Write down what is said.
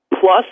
plus